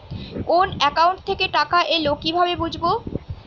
কোন একাউন্ট থেকে টাকা এল কিভাবে বুঝব?